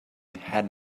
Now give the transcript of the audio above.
had